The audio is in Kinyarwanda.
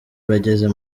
bageze